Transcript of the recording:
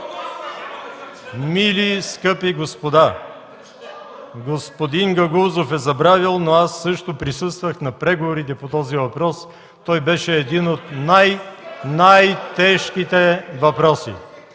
Мили, скъпи господа! Господин Гагаузов е забравил, но аз също присъствах на преговорите по този въпрос. Той беше един от най-тежките въпроси.